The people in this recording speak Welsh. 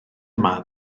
yma